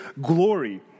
glory